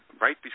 right